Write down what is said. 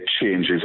changes